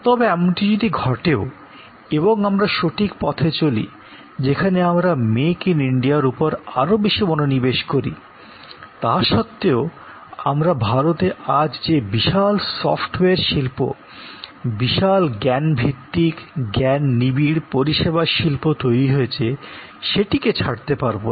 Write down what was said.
তবে এমনটি যদি ঘটেও এবং আমরা সঠিক পথে চলি যেখানে আমরা মেক ইন ইন্ডিয়ার উপর আরও বেশি মনোনিবেশ করি তা সত্ত্বেও আমরা ভারতে আজ যে বিশাল সফটওয়্যার শিল্প বিশাল জ্ঞান ভিত্তিক জ্ঞান নিবিড় পরিষেবা শিল্প তৈরী হয়েছে সেটিকে ছাড়তে পারবো না